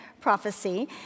prophecy